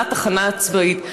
לתחנה הצבאית.